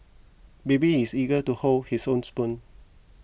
baby is eager to hold his own spoon